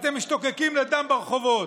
ואתם משתוקקים לדם ברחובות.